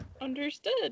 Understood